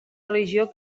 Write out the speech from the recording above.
religió